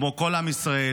כמו כל עם ישראל,